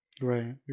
right